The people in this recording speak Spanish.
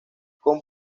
con